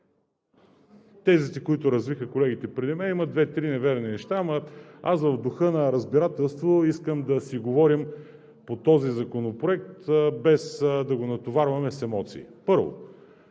тезите, които развиха колегите преди мен, има две-три неверни неща, но аз в духа на разбирателството искам да си говорим по този законопроект, без да го натоварваме с емоции. Първо,